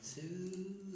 two